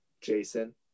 Jason